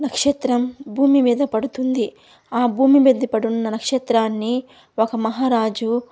నక్షత్రం భూమి మీద పడుతుంది ఆ భూమి మీది పడున్న నక్షత్రాన్ని ఒక మహారాజు